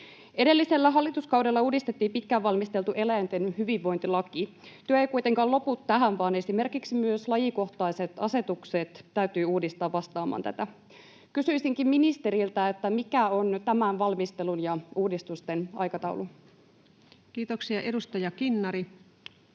Edellisellä hallituskaudella uudistettiin pitkään valmisteltu eläinten hyvinvointilaki. Työ ei kuitenkaan lopu tähän, vaan esimerkiksi myös lajikohtaiset asetukset täytyy uudistaa vastaamaan tätä. Kysyisinkin ministeriltä: mikä on tämän valmistelun ja uudistusten aikataulu? Kiitoksia. — Edustaja Kinnari.